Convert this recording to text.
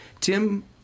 Tim